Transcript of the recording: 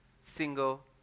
single